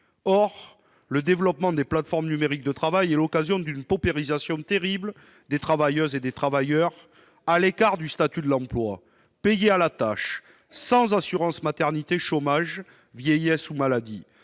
Or le développement des plateformes numériques de travail est l'occasion d'une paupérisation terrible des travailleuses et des travailleurs, qui restent à l'écart du statut de l'emploi et sont payés à la tâche, sans assurance maternité, chômage, vieillesse ou maladie,